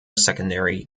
secondary